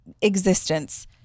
existence